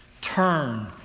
Turn